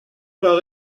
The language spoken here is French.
par